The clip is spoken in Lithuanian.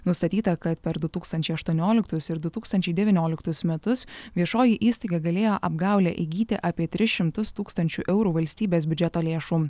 nustatyta kad per du tūkstančiai aštuonioliktus ir du tūkstančiai devynioliktus metus viešoji įstaiga galėjo apgaule įgyti apie tris šimtus tūkstančių eurų valstybės biudžeto lėšų